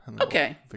Okay